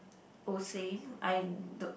oh same I don't